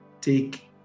take